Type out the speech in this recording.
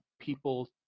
people